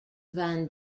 van